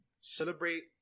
celebrate